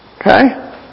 Okay